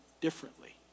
differently